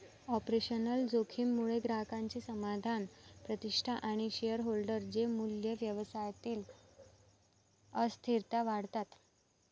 operational जोखीम मुळे ग्राहकांचे समाधान, प्रतिष्ठा आणि शेअरहोल्डर चे मूल्य, व्यवसायातील अस्थिरता वाढतात